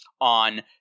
on